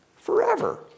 forever